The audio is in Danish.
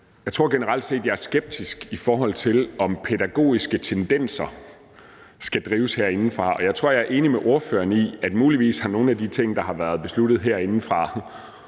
Jeg tror generelt set, at jeg er skeptisk, i forhold til om pædagogiske tendenser skal drives herindefra. Og jeg tror, at jeg er enig med ordføreren i, at nogle af de ting, der har været besluttet herindefra